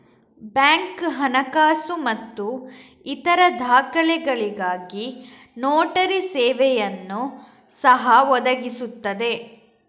bank ಹಣಕಾಸು ಮತ್ತು ಇತರ ದಾಖಲೆಗಳಿಗಾಗಿ ನೋಟರಿ ಸೇವೆಯನ್ನು ಸಹ ಒದಗಿಸುತ್ತದೆ